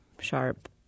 sharp